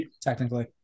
technically